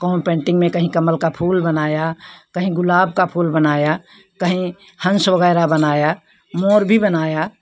कौन पेंटिंग में कहीं कमल का फूल बनाया कहीं ग़ुलाब का फूल बनाया कही हंस वगैरह बनाया मोर भी बनाया